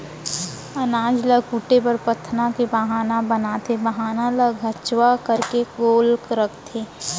अनाज ल कूटे बर पथना के बाहना बनाथे, बाहना ल खंचवा करके गोल रखथें